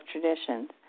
traditions